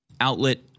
outlet